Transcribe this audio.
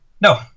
No